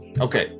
okay